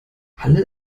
alle